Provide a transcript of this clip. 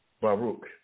Baruch